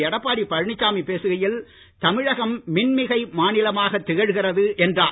எடப்பாடி பழனிசாமி பேசுகையில் தமிழகம் மின்மிகை மாநிலமாக திகழ்கிறது என்றார்